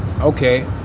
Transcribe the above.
okay